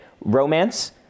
romance